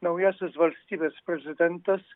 naujasis valstybės prezidentas